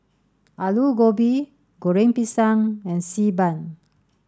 Aloo Gobi Goreng Pisang and Xi Ban